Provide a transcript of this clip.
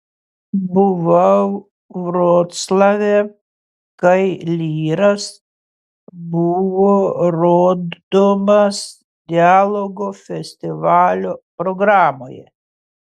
buvau vroclave kai lyras buvo rodomas dialogo festivalio programoje